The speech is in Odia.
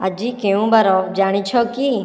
ଆଜି କେଉଁ ବାର ଜାଣିଛ କି